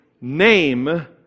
Name